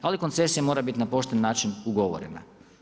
Ali koncesije mora biti na pošten način ugovorena.